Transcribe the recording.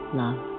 love